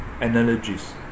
analogies